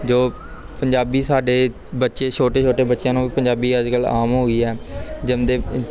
ਜੋ ਪੰਜਾਬੀ ਸਾਡੇ ਬੱਚੇ ਛੋਟੇ ਛੋਟੇ ਬੱਚਿਆਂ ਨੂੰ ਪੰਜਾਬੀ ਅੱਜ ਕੱਲ੍ਹ ਆਮ ਹੋ ਗਈ ਹੈ ਜੰਮਦੇ